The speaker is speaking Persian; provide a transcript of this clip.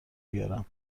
بیارم